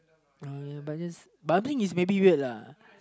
uh but just but I think is maybe weird lah